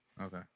Okay